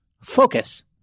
focus